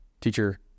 teacher